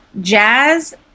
Jazz